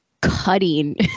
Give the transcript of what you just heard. cutting